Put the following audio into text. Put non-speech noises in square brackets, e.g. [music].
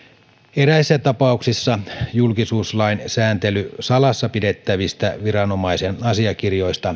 eräissä tapauksissa julkisuuslain sääntely salassa pidettävistä viranomaisen asiakirjoista [unintelligible]